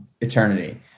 eternity